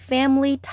（Family